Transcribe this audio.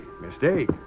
Mistake